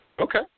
Okay